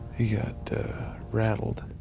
he got rattled.